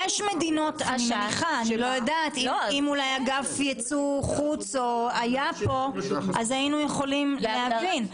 אם אגף יצוא היה כאן, היינו יכולים להבין.